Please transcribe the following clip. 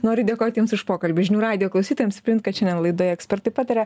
noriu dėkoti jums už pokalbį žinių radijo klausytojams kad šiandien laidoje ekspertai pataria